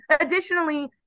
additionally